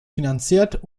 finanziert